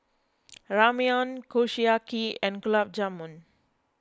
Ramyeon Kushiyaki and Gulab Jamun